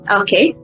okay